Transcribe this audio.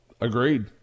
agreed